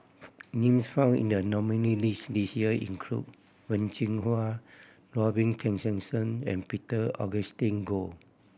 names found in the nominee list this year include Wen Jinhua Robin Tessensohn and Peter Augustine Goh